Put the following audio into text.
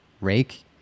rake